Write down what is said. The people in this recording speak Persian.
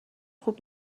خوب